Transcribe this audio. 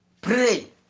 Pray